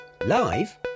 Live